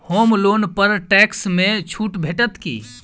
होम loan पर tax मे छुट भेटत की